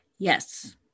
Yes